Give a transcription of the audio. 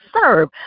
serve